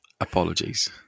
Apologies